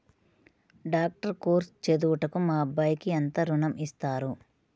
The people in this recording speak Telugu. డాక్టర్ కోర్స్ చదువుటకు మా అబ్బాయికి ఎంత ఋణం ఇస్తారు?